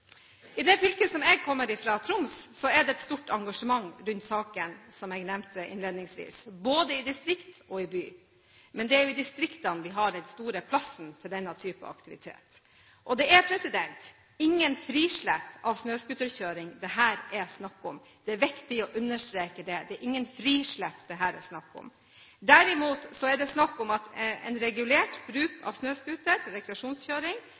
I det fylket som jeg kommer fra, Troms, er det et stort engasjement rundt saken, som jeg nevnte innledningsvis, både i distrikt og i by, men det er i distriktene vi har den store plassen til denne type aktivitet. Og det er ikke noe frislepp av snøscooterkjøring det her er snakk om – det er viktig å understreke det – det er ikke noe frislepp det her er snakk om. Derimot er det snakk om en regulert bruk av snøscooter, rekreasjonskjøring,